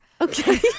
Okay